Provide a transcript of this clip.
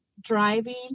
driving